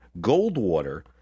Goldwater